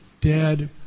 dead